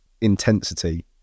intensity